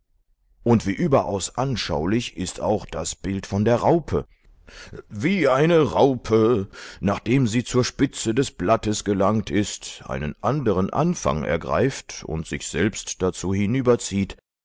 und wie überaus anschaulich ist auch das bild von der raupe wie eine raupe nachdem sie zur spitze des blattes gelangt ist einen andern anfang ergreift und sich selbst dazu